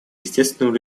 естественным